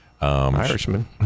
Irishman